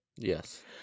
Yes